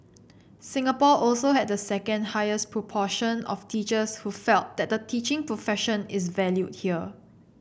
Singapore also had the second highest proportion of teachers who felt that the teaching profession is valued here